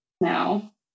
No